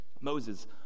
Moses